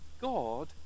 God